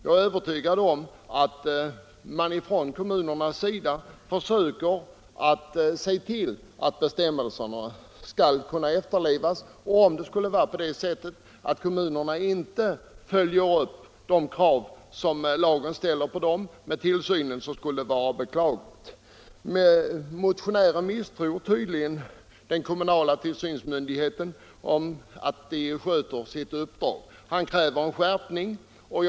Jag är övertygad om att kommunerna försöker att se till att bestämmelserna efterlevs. Om de inte följer upp de krav som lagen ställer på dem i fråga om tillsynen skulle det vara beklagligt. Motionären misstror tydligen den kommunala tillsynsmyndighetens förmåga att sköta sitt uppdrag och kräver en skärpning av bestämmel serna.